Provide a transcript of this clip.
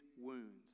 wounds